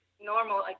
normal